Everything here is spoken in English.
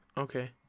okay